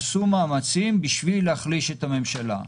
עשו מאמצים בשביל להחליש את המשטרה.